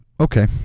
okay